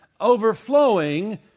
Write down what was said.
overflowing